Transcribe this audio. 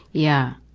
yeah,